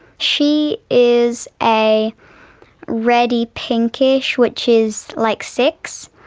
she is a red-y-pinkish, which is like six,